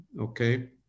okay